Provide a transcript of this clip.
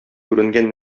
күренгән